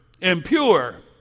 impure